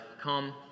come